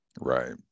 Right